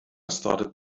started